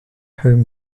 home